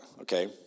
okay